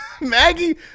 Maggie